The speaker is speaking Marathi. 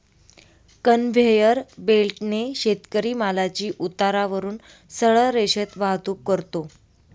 कन्व्हेयर बेल्टने शेतकरी मालाची उतारावरून सरळ रेषेत वाहतूक करतो